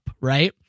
right